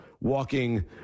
walking